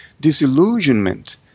disillusionment